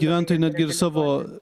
gyventojai netgi ir savo